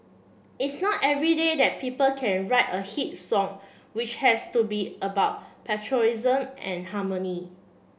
it's not every day that people can write a hit song which has to be about patriotism and harmony